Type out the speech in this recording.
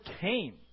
came